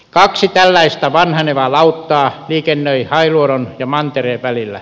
kaksi tällaista vanhenevaa lauttaa liikennöi hailuodon ja mantereen välillä